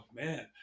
man